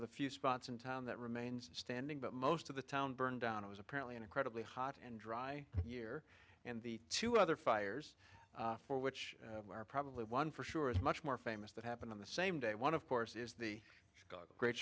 of the few spots in town that remains standing but most of the town burned down it was apparently an incredibly hot and dry year and the two other fires for which there are probably one for sure is much more famous that happened on the same day one of course is the g